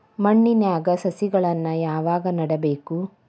ಮಣ್ಣಿನ್ಯಾಗ್ ಸಸಿಗಳನ್ನ ಯಾವಾಗ ನೆಡಬೇಕು?